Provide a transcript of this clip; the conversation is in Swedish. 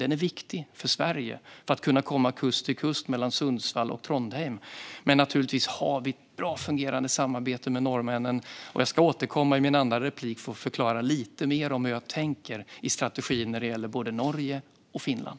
Den är viktig för Sverige, för att kunna komma kust till kust mellan Sundsvall och Trondheim. Men naturligtvis har vi ett bra fungerande samarbete med norrmännen. Jag ska återkomma i min andra replik och förklara lite mer om hur jag tänker i strategin när det gäller både Norge och Finland.